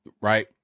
right